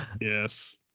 Yes